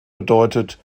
bedeutet